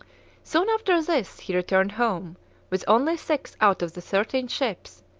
soon after this he returned home with only six out of the thirteen ships,